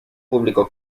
público